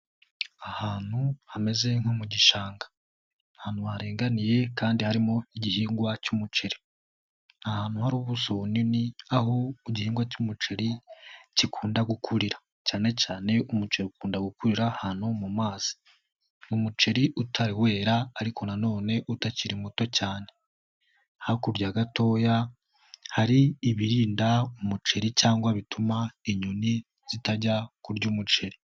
Ahantu hameze nko mu gishanga, ahantu haringaniye kandi harimo igihingwa cy'umuceri. Ni ahantu hari ubuso bunini aho igihingwa cy'umuceri gikunda gukurira, cyane cyane umuceri ukunda gukurira ahantu mu mazi. Ni umuceri utari wera ariko nanone utakiri muto cyane. Hakurya gatoya hari ibirinda umuceri cyangwa bituma inyoni zitajya kurya umuceri.